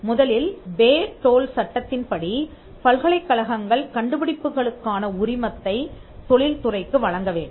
முதலில் Bayh Dole சட்டத்தின்படி பல்கலைக்கழகங்கள் கண்டுபிடிப்புகளுக்கான உரிமத்தைத் தொழில்துறைக்கு வழங்க வேண்டும்